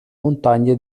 montagne